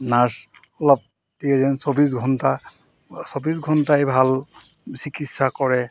nurse অলপ দিয়ে যেন চৌব্বিছ ঘণ্টা চৌবিছ ঘণ্টাই ভাল চিকিৎসা কৰে